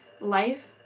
life